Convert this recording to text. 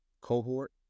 cohort